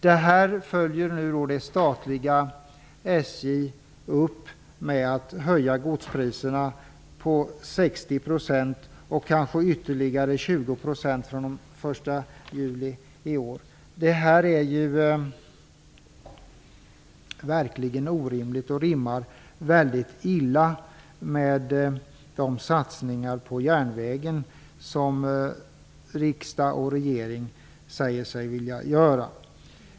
Detta följer det statliga SJ upp med att höja godspriserna med 60 % och kanske med ytterligare 20 % från den 1 juli i år. Detta är verkligen orimligt. Det rimmar mycket illa med de satsningar på järnvägen som riksdag och regering säger sig vilja göra.